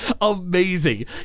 amazing